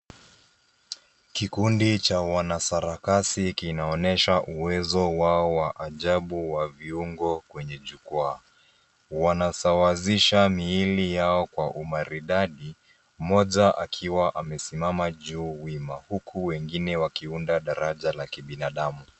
Kikundi cha wanasarakasi kinaonyesha uwezo wao wa ajabu wa viungo kwenye jukwaa. Wanasawazisha miili yao kwa umaridadi, mmoja akiwa amesimama juu wima huku wengine wakiunda daraja la kibinadamu.